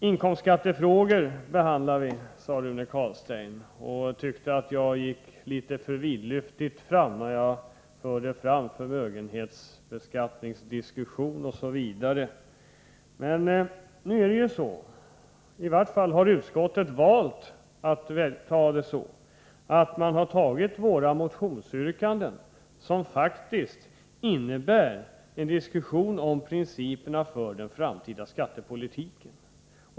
Inkomstskattefrågor är det som vi behandlar, sade Rune Carlstein och tyckte att jag gick litet för vidlyftigt fram när jag tog upp bl.a. förmögenhetsbeskattningsdiskussionen. Men nu har ju utskottet valt att ta upp våra motionsyrkanden, som faktiskt innefattar en diskussion om principerna för den framtida skattepolitiken.